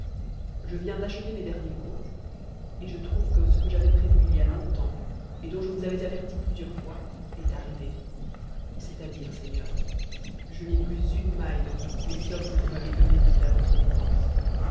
je viens at'h vc ift's comptas et je trouve que ce que j'avais prévu il y a longtemps ont j vous ava s averti plusieurs fois est arri vë c'est-à-dire seigneur i c tc t je ous avais averti plusieurs fois est arrivé c est a u'e seigneur je n'ai plus une maiue de toutes les sommes que vous m'avez données r faire votre dépense